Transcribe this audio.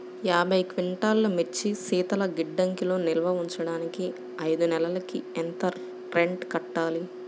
యాభై క్వింటాల్లు మిర్చి శీతల గిడ్డంగిలో నిల్వ ఉంచటానికి ఐదు నెలలకి ఎంత రెంట్ కట్టాలి?